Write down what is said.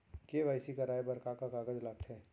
KYC कराये बर का का कागज लागथे?